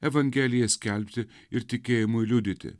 evangeliją skelbti ir tikėjimui liudyti